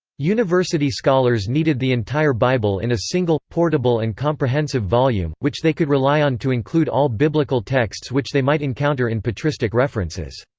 university scholars needed the entire bible in a single, portable and comprehensive volume which they could rely on to include all biblical texts which they might encounter in patristic references.